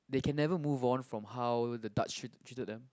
they can never move on from how the Dutch treated them